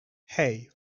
hey